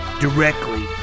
directly